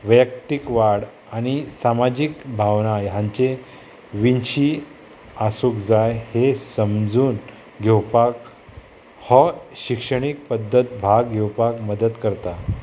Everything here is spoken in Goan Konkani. वैयक्तीक वाड आनी सामाजीक भावना हांचे विशी आसूंक जाय हे समजून घेवपाक हो शिक्षणीक पद्दत भाग घेवपाक मदत करता